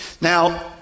Now